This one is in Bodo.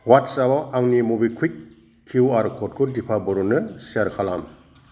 अवाट्सापाव आंनि मबिक्वुइक किउ आर क'डखौ दिपा बर'नो सेयार खालाम